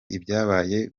ibyabaye